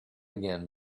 again